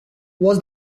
was